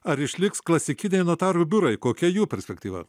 ar išliks klasikiniai notarų biurai kokia jų perspektyva